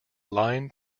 line